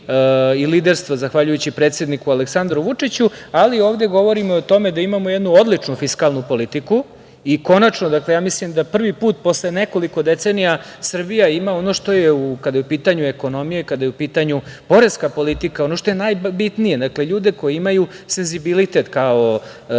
liderstvu, zahvaljujući predsedniku Aleksandru Vučiću. Ali, ovde govorimo o tome da imamo jednu odličnu fiskalnu politiku i konačno, mislim prvi put posle nekoliko decenija, Srbija ima ono što je, kada je u pitanju ekonomija i kada je u pitanju poreska politika, ono što je najbitnije, ljude koji imaju senzibilitet ka